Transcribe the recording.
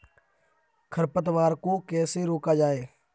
खरपतवार को कैसे रोका जाए?